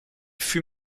fut